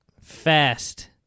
Fast